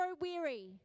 weary